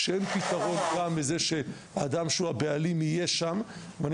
שאין זה פתרון שהאדם שהוא הבעלים יהיה זה שנמצא שם כדי לשמור על האדמות.